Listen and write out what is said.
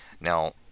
Now